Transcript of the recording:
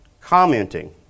commenting